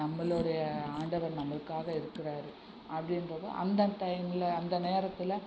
நம்மளுடைய ஆண்டவர் நமக்காக இருக்கிறாரு அப்படின்றத அந்த டைமில் அந்த நேரத்தில்